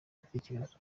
ibitekerezo